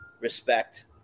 respect